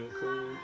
cool